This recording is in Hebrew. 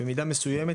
במידה מסוימת,